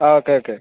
ആ okay okay